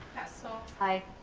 hessel. i.